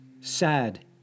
sad